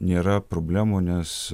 nėra problemų nes